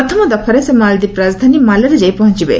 ପ୍ରଥମ ଦଫାରେ ସେ ମାଳଦୀପ ରାଜଧାନୀ ମାଲେରେ ଯାଇ ପହଞ୍ଚବେ